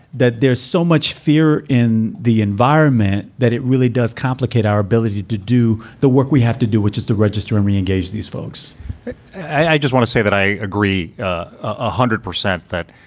that there's so much fear in the environment that it really does complicate our ability to do the work we have to do, which is to register and re-engage these folks i just want to say that i agree one ah hundred percent that,